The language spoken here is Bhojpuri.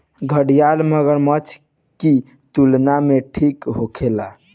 घड़ियाल मगरमच्छ की तुलना में छोट होखेले